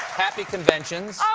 happy conventions. oh,